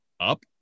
up